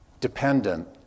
dependent